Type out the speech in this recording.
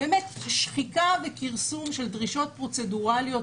באמת שחיקה וכרסום של דרישות פרוצדורליות